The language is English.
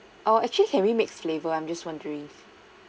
uh can we actually mix flavour I'm just wondering